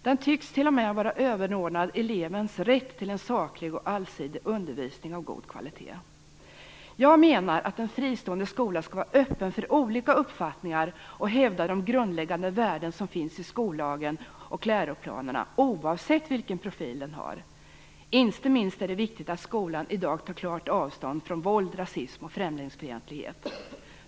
Den tycks t.o.m. vara överordnad elevens rätt till en saklig och allsidig undervisning av god kvalitet. Jag menar att en fristående skola skall vara öppen för olika uppfattningar och hävda de grundläggande värden som finns i skollagen och läroplanerna, oavsett vilken profil den har. Inte minst är det viktigt att skolan i dag tar klart avstånd från våld, rasism och främlingsfientlighet.